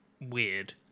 weird